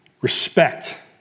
Respect